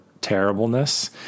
terribleness